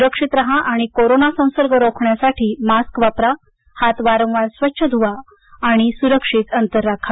सुक्षित राहा आणि कोरोना संसर्ग रोखण्यासाठी मास्क वापरा हात वारंवार स्वच्छ धुवा आणि सुरक्षित अंतर राखा